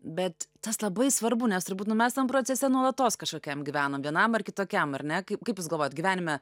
bet tas labai svarbu nes turbūt nu mes tam procese nuolatos kažkokiam gyvenom vienam ar kitokiam ar ne kaip kaip jūs galvojat gyvenime